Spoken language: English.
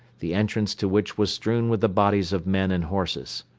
the entrance to which was strewn with the bodies of men and horses.